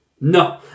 No